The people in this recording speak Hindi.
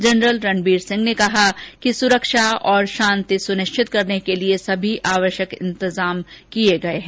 जनरल रणबीर सिंह ने कहा कि सुरक्षा और शांति सुनिश्चित करने के लिए सभी आवश्यक इंतजाम कर लिए गए हैं